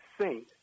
saint